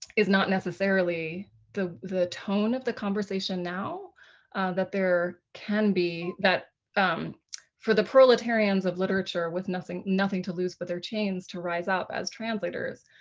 is not necessarily the the tone of the conversation now that there can be. that for the proletarians of literature with nothing nothing to lose but their chains to rise up as translators.